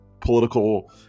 political